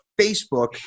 Facebook